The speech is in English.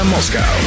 Moscow